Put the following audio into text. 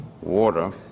water